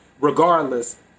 regardless